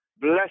bless